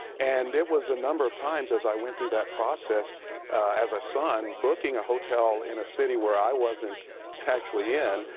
and it was a number of times as i went through that process as a son booking a hotels in a city where i wasn't actually in,